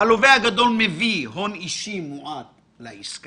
הלווה הגדול מביא הון אישי מועט לעסקה,